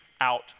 out